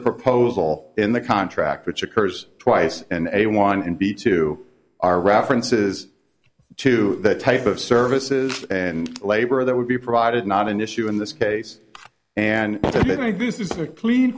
proposal in the contract which occurs twice and a one and b two are references to the type of services and labor that would be provided not an issue in this case and this is a clean